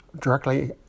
directly